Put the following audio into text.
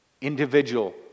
individual